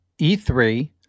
E3